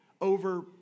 over